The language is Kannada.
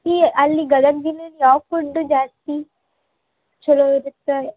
ಈ ಅಲ್ಲಿ ಗದಗ ಜಿಲ್ಲೇಲಿ ಯಾವ ಫುಡ್ ಜಾಸ್ತಿ ಛಲೋ ಇರುತ್ತೆ